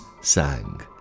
sang